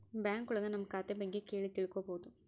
bank ಒಳಗ ನಮ್ ಖಾತೆ ಬಗ್ಗೆ ಕೇಳಿ ತಿಳ್ಕೋಬೋದು